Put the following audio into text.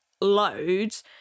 loads